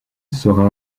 sera